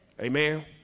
amen